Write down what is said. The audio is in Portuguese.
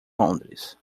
londres